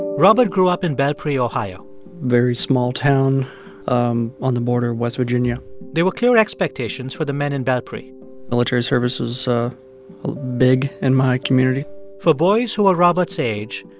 robert grew up in belpre, ohio very small town um on the border of west virginia there were clear expectations for the men in belpre military service was big in my community for boys who were robert's age,